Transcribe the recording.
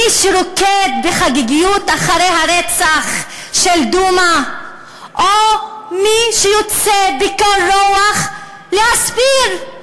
מי שרוקד בחגיגיות אחרי הרצח של דומא או מי שיוצא בקור רוח להסביר,